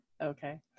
okay